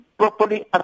properly